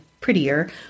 prettier